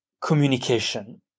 communication